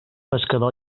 pescador